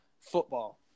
football